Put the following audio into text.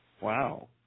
Wow